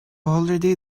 already